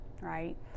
right